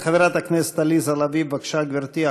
חברת הכנסת עליזה לביא, בבקשה, גברתי.